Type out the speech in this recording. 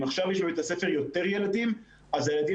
אם עכשיו יש בבית הספר יותר ילדים אז הילדים